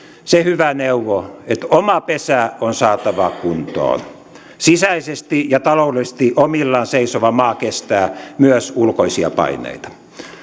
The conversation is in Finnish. se hyvä neuvo että oma pesä on saatava kuntoon sisäisesti ja taloudellisesti omillaan seisova maa kestää myös ulkoisia paineita